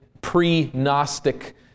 pre-Gnostic